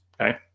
Okay